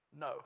No